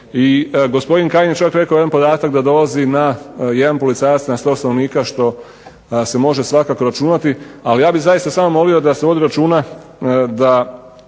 i gospodin Kajin je čak rekao jedan podatak da dolazi 1 policajac na 100 stanovnika što se može svakako računati. Ali, ja bih zaista samo molio da se vodi računa da